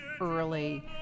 early